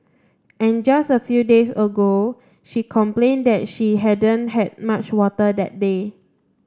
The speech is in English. and just a few days ago she complained that she hadn't had much water that day